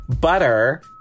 butter